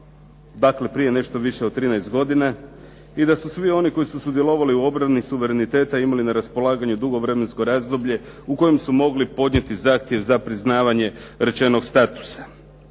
dakle prije nešto više od 13 godina. I da su svi oni koji su sudjelovali u obrani suvereniteta imali na raspolaganju dugo vremensko razdoblje u kojem su mogli podnijeti zahtjev za priznavanje rečenog statusa,